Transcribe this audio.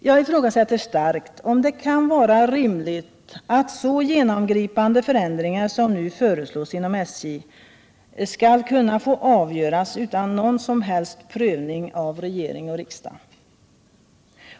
Jag ifrågasätter starkt om det kan vara rimligt att så genomgripande förändringar som nu föreslås inom SJ skall kunna få avgöras utan någon som helst prövning av regering och riksdag.